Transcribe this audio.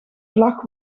vlag